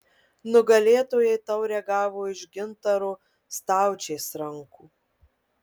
nugalėtojai taurę gavo iš gintaro staučės rankų